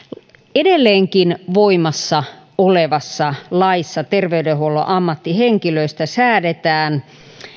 edelleenkin voimassa olevassa laissa terveydenhuollon ammattihenkilöistä säädetään